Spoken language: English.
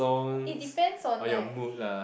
it depends on like